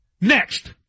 next